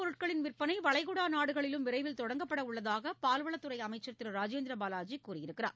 பொருட்களின் விற்பனைவளைகுடாநாடுகளிலும் விரைவில் ஆவின் தொடங்கப்படவுள்ளதாகபால்வளத்துறைஅமைச்சர் திருராஜேந்திரபாவாஜிகூறியுள்ளார்